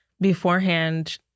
beforehand